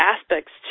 aspects